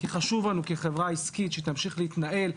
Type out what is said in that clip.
חשוב לנו שבז"ן כחברה עסקית תמשיך להתנהל ולייצר.